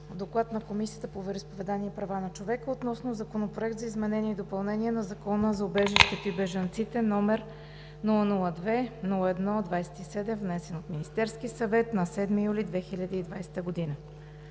„ДОКЛАД на Комисията по вероизповеданията и правата на човека относно Законопроект за изменение и допълнение на Закона за убежището и бежанците, № 002-01-27, внесен от Министерския съвет на 7 юли 2020 г.